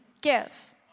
give